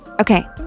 Okay